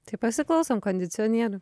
tai pasiklausom kondicionierių